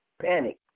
panic